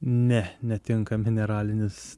ne netinka mineralinis